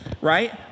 right